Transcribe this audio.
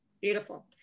Beautiful